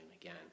again